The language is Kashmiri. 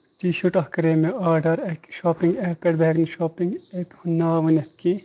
ٹی شٲٹ اکھ کَرے مےٚ آرڈر اَکہِ شاپِنٛگ ایٚپہِ پٮ۪ٹھ بہٕ ہٮ۪کہٕ نہٕ شاپَنٛگ ایپ ہنٛد ناو ؤنِتھ کیٚہہ